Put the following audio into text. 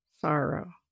sorrow